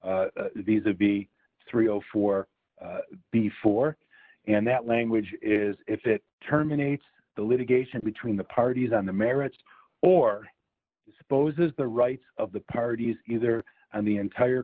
these would be three o four before and that language is if it terminates the litigation between the parties on the merits or supposes the right of the parties either and the entire